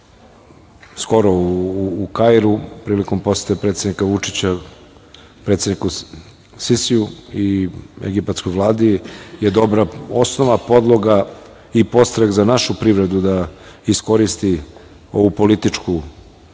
skoro u Kairu, prilikom posete predsednika Vučića, predsedniku Sisiju, i Egipatskoj vladi, je dobra osnova, podloga i podstrek za našu privredu da iskoristi ovu političku